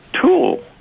tool